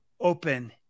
open